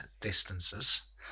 distances